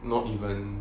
not even